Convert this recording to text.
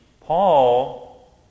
Paul